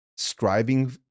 striving